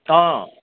অঁ